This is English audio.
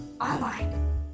online